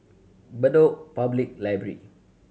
Bedok Public Library